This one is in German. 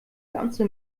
ganze